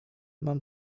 mam